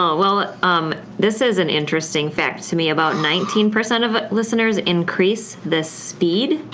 ah well um this is an interesting fact to me, about nineteen percent of listeners increase the speed.